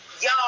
y'all